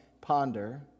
ponder